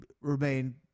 remain